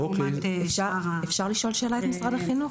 מבחינת ההיערכות